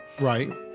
Right